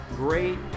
Great